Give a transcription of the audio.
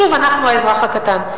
שוב, אנחנו, האזרח הקטן.